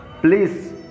Please